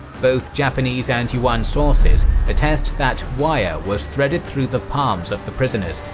both japanese and yuan sources attest that wire was threaded through the palms of the prisoners,